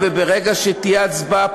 וברגע שתהיה הצבעה,